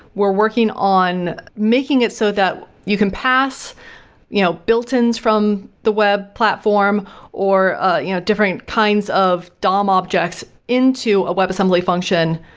we're working on making it so that you can pass you know built ins from the web platform or ah you know different kinds of dom objects into a web assembly function.